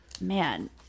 man